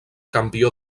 campió